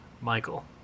Michael